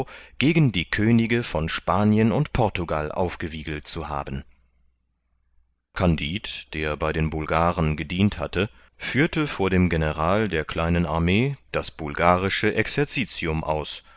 gegen die könige von spanien und portugal aufgewiegelt zu haben kandid der bei den bulgaren gedient hatte führte vor dem general der kleinen armee das bulgarische exercitium aus